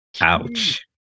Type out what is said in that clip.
Ouch